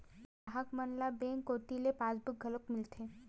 गराहक मन ल बेंक कोती ले पासबुक घलोक मिलथे